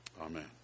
Amen